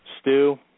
Stu